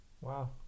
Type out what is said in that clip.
Wow